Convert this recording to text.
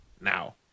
now